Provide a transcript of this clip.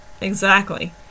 exactly